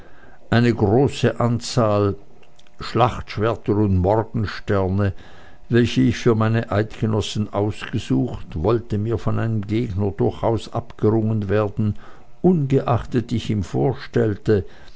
eine anzahl großer schlachtschwerter und morgensterne welche ich für meine eidgenossen ausgesucht wollte mir von einem gegner durchaus abgerungen werden ungeachtet ich ihm vorstellte